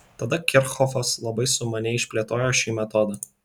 tada kirchhofas labai sumaniai išplėtojo šį metodą